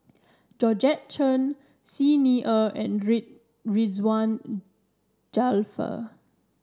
Georgette Chen Xi Ni Er and Rid Ridzwan Dzafir